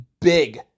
big